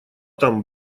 там